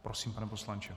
Prosím, pane poslanče.